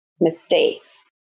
mistakes